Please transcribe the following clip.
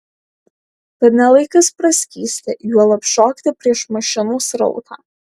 tad ne laikas praskysti juolab šokti prieš mašinų srautą